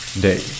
day